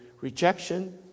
rejection